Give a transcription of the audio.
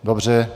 Dobře.